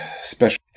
special